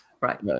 Right